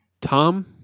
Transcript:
Tom